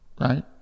right